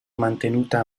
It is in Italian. mantenuta